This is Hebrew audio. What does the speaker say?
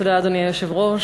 אדוני היושב-ראש,